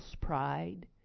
pride